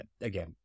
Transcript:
again